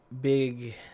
big